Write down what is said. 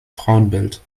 frauenbild